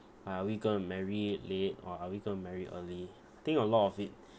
are we going to marry late or are we gonna marry early think a lot of it